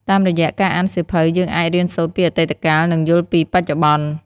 តាមរយៈការអានសៀវភៅ យើងអាច រៀនសូត្រពីអតីតកាល និងយល់ពីបច្ចុប្បន្ន។